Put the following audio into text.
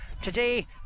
today